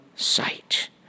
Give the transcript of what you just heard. sight